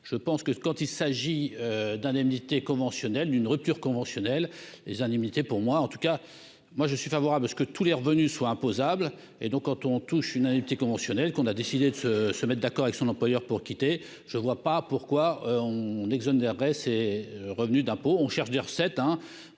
je pense que quand il s'agit d'indemnités conventionnelles d'une rupture conventionnelle, les indemnités pour moi en tout cas moi je suis favorable à ce que tous les revenus soient imposables et donc quand on touche une année petit conventionnelle qu'on a décidé de se se mettent d'accord avec son employeur pour quitter, je ne vois pas pourquoi on exonère c'est revenu d'impôt, on cherche des recettes,